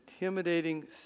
intimidating